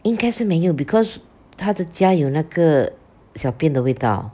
因该是没有 because 她的家有那个小便的味道